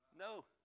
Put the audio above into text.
No